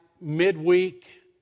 midweek